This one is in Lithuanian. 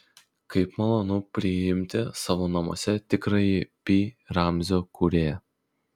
kaip malonu priimti savo namuose tikrąjį pi ramzio kūrėją